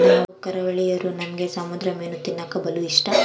ನಾವು ಕರಾವಳಿರೂ ನಮ್ಗೆ ಸಮುದ್ರ ಮೀನು ತಿನ್ನಕ ಬಲು ಇಷ್ಟ